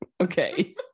Okay